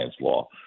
law